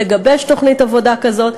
לגבש תוכנית עבודה כזאת.